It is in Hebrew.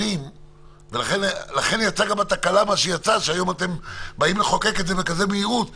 לכן יצאה התקלה שאתם באים היום לחוקק את זה במהירות כזו.